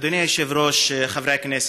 אדוני היושב-ראש, חברי הכנסת,